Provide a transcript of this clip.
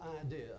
idea